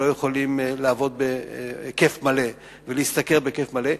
יכולים לעבוד בהיקף מלא ולהשתכר בהיקף מלא,